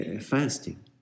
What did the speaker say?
fasting